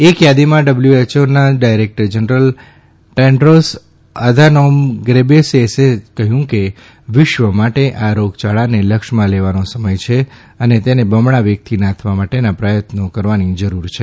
એક થાદીમાં ડબલ્યુએયઓના ડાયરેક્ટર જનરલ ટેન્ડ્રોસ અધાનોમ ગેબ્રેસથેસસે કહ્યું કે વિશ્વ માટે આ રોગયાળાને લક્ષમાં લેવાનો સમય છે અને તેને બમણાં વેગથી નાથવા માટેના પ્રયત્નો કરવાની જરૂર છે